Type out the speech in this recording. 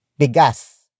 bigas